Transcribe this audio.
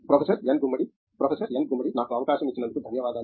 professor Satyanarayana N Gummadi నాకు అవకాశం ఇచ్చినందుకు ధన్యవాదాలు